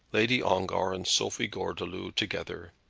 lady ongar and sophie gordeloup together.